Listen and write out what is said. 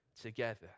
together